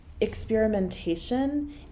experimentation